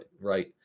right